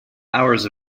hours